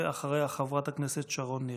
ואחריה חברת הכנסת שרון ניר.